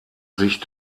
sich